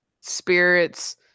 spirits